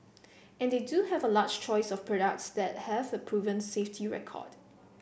and they do have a large choice of products that have a proven safety record